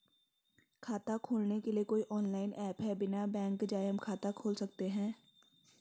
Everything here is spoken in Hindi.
खाता खोलने के लिए कोई ऑनलाइन ऐप है बिना बैंक जाये हम खाता खोल सकते हैं?